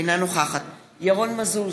אינה נוכחת ירון מזוז,